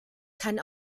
kann